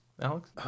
Alex